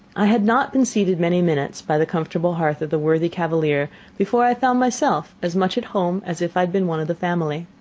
i had not been seated many minutes by the comfortable hearth of the worthy cavalier before i found myself as much at home as if i had been one of the family.